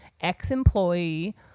ex-employee